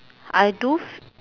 I do